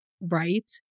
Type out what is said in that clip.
Right